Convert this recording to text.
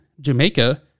Jamaica